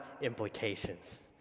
implications